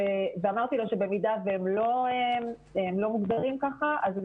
ואמרתי לו שבמידה שהם לא מוגדרים כך אז הם